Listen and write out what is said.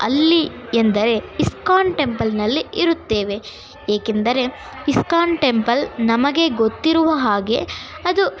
ಅಲ್ಲಿ ಎಂದರೆ ಇಸ್ಕಾನ್ ಟೆಂಪಲ್ನಲ್ಲಿ ಇರುತ್ತೇವೆ ಏಕೆಂದರೆ ಇಸ್ಕಾನ್ ಟೆಂಪಲ್ ನಮಗೆ ಗೊತ್ತಿರುವ ಹಾಗೆ ಅದು